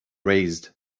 razed